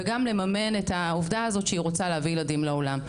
וגם לממן את העובדה הזאת שהיא רוצה להביא ילדים לעולם.